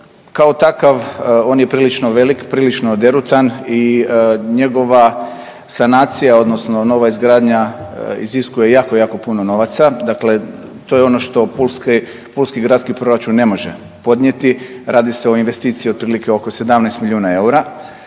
Kao takav on je prilično velik, prilično derutan i njegova sanacija odnosno nova izgradnja iziskuje jako, jako puno novaca, dakle to je ono što pulski, pulski gradski proračun ne može podnijeti. Radi se o investiciji otprilike oko 17 milijuna eura